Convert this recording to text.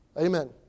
Amen